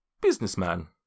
businessman